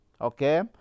okay